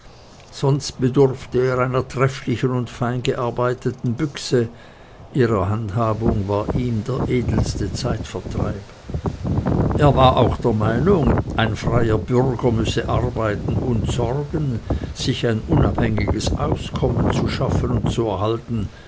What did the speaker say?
sonst bedurfte er einer trefflichen und fein gearbeiteten büchse ihre handhabung war ihm der edelste zeitvertreib er war auch der meinung ein freier bürger müsse arbeiten und sorgen sich ein unabhängiges auskommen zu schaffen und zu erhalten